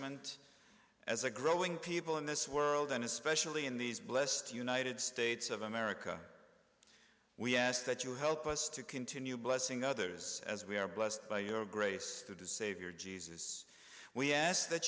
ment as a growing people in this world and especially in these blessed united states of america we ask that you help us to continue blessing others as we are blessed by your grace to the savior jesus we ask that